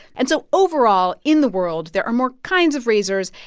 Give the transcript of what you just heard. and so overall, in the world, there are more kinds of razors.